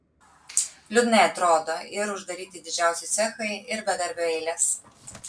liūdnai atrodo ir uždaryti didžiausi cechai ir bedarbių eilės